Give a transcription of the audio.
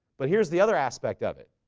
but here's the other aspect of it.